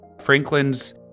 Franklin's